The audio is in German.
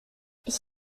ich